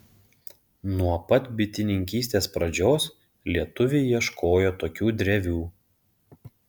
nuo pat bitininkystės pradžios lietuviai ieškojo tokių drevių